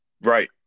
Right